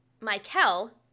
Michael